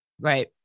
Right